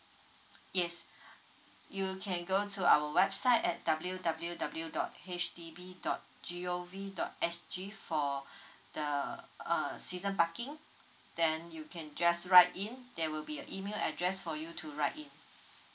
yes you can go to our website at W W W dot H D B dot G_O_V dot S_G for the uh season parking then you can just write in there will be a email address for you to write it